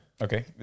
Okay